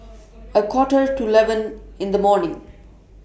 A Quarter to eleven in The morning